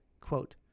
Quote